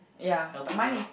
helping young